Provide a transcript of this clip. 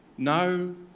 No